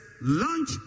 Lunch